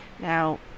now